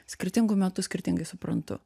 skirtingu metu skirtingai suprantu